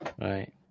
Right